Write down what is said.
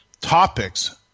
topics